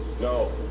No